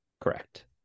Correct